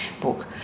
book